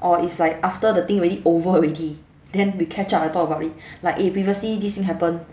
or it's like after the thing already over already then we catch up and talk about it like eh previously this thing happen